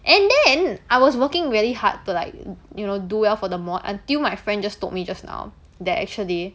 and then I was working really hard to like you know do well for the mod until my friend just told me just now that actually